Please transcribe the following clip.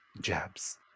jabs